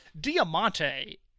Diamante